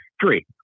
Three